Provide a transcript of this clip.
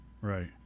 Right